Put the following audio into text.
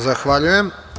Zahvaljujem.